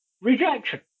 rejection